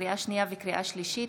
לקריאה שנייה ולקריאה שלישית,